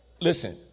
Listen